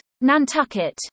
Nantucket